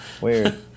Weird